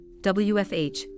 WFH